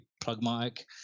pragmatic